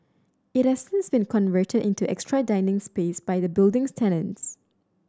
it has since been converted into extra dining space by the building's tenants